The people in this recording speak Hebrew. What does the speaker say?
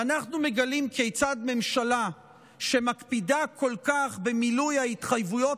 ואנחנו מגלים כיצד ממשלה שמקפידה כל כך במילוי ההתחייבויות